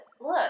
Look